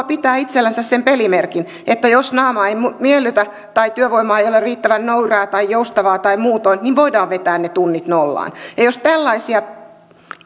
pitää itsellänsä sen pelimerkin että jos naama ei miellytä tai työvoima ei ole riittävän nöyrää tai joustavaa tai muuta niin voidaan vetää ne tunnit nollaan ja jos tällaisia